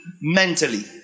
mentally